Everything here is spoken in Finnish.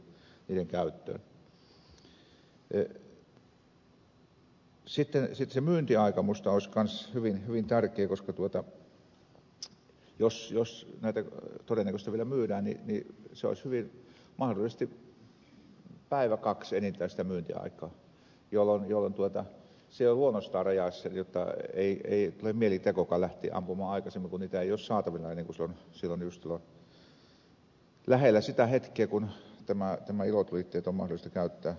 sitten se myyntiaika minusta olisi kanssa hyvin tärkeä koska jos näitä todennäköisesti vielä myydään niin olisi hyvin mahdollisesti päivä kaksi enintään sitä myyntiaikaa jolloin se luonnostaan rajaisi sen jotta ei tule mielitekokaan lähteä ampumaan aikaisemmin kun niitä ei ole saatavilla ennen kuin just silloin lähellä sitä hetkeä kun nämä ilotulitteet on mahdollista käyttää